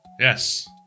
Yes